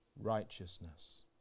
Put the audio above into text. Righteousness